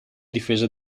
difesa